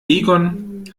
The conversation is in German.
egon